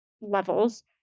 levels